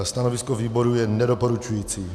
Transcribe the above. Stanovisko výboru je nedoporučující.